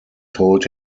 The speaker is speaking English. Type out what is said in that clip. told